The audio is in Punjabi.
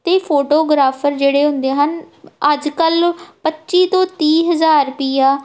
ਅਤੇ ਫੋਟੋਗਰਾਫਰ ਜਿਹੜੇ ਹੁੰਦੇ ਹਨ ਅੱਜ ਕੱਲ੍ਹ ਪੱਚੀ ਤੋਂ ਤੀਹ ਹਜ਼ਾਰ ਰੁਪਈਆ